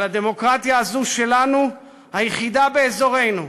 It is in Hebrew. על הדמוקרטיה הזאת שלנו, היחידה באזורנו,